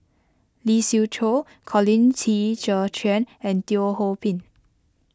Lee Siew Choh Colin Qi Zhe Quan and Teo Ho Pin